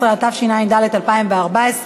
14), התשע"ד 2014,